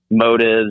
motives